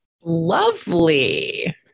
Lovely